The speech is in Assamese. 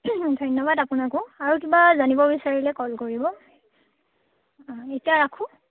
ধন্যবাদ আপোনাকো আৰু কিবা জানিব বিচাৰিলে কল কৰিব অঁ এতিয়া ৰাখোঁ